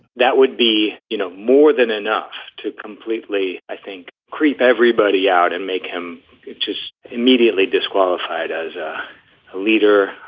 that would be, you know, more than enough to completely, i think, creep everybody out and make him just immediately disqualified as a leader,